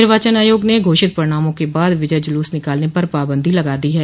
निर्वाचन आयोग ने घोषित परिणामों के बाद विजय जुलूस निकालने पर पाबंदी लगा दी है